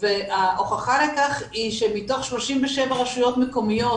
וההוכחה לכך היא שמתוך 37 רשויות מקומיות